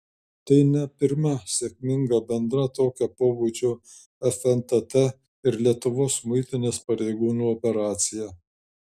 tai ne pirma sėkminga bendra tokio pobūdžio fntt ir lietuvos muitinės pareigūnų operacija